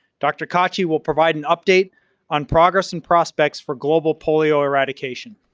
dr. cacci will provide an update on progress and prospects for global polio eradication.